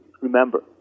remember